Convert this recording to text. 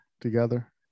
together